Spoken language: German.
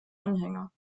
anhänger